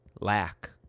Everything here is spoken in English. lack